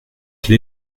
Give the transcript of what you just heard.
quel